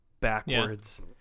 backwards